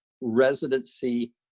residency